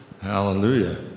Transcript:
Hallelujah